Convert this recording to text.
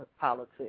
politics